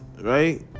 right